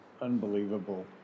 unbelievable